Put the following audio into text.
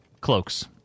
Cloaks